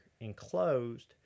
enclosed